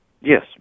Yes